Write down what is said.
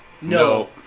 No